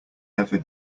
never